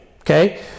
Okay